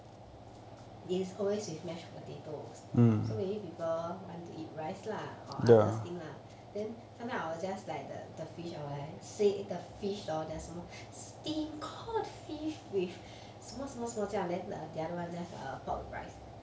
is always with mash potatoes so maybe people want to eat rice lah or other things lah then sometime I will just like the the fish I will say like the fish hor steamed cod fish with 什么什么这样 then the other one I will just say pork with rice